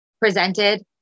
presented